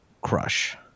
Crush